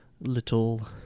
little